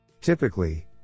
Typically